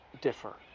differ